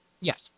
Yes